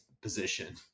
position